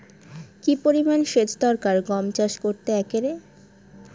কি পরিমান সেচ দরকার গম চাষ করতে একরে?